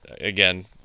again